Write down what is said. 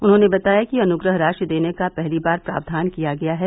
उन्होंने बताया कि अनुग्रह राशि देने का पहली बार प्रावधान किया गया है